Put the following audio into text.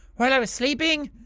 while i was sleeping.